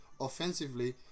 offensively